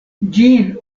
ĝin